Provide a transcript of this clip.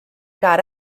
got